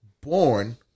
born